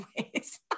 ways